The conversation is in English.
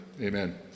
Amen